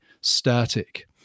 static